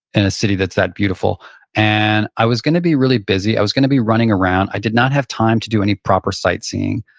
and a city that's that beautiful and i was going to be really busy. i was going to be running around. i did not have time to do any proper sightseeing.